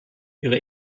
ihre